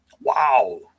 Wow